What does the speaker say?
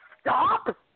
stop